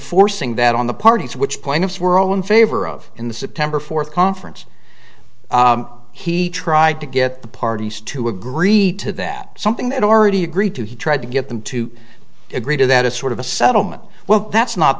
forcing that on the parties which point of we're all in favor of in the september fourth conference he tried to get the parties to agree to that something that already agreed to he tried to get them to agree to that a sort of a settlement well that's not